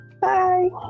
Bye